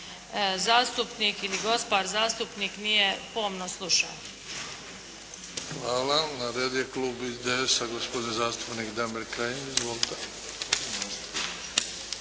zastupnik ili gospar zastupnik nije pomno slušao. **Bebić, Luka (HDZ)** Hvala. Na redu je Klub IDS-a, gospodin zastupnik Damir Kajin. Izvolite.